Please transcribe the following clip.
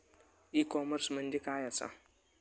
E commerce म्हणजे मझ्या आसा?